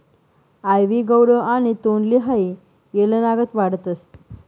आइवी gourd आणि तोंडली हाई येलनागत वाढतस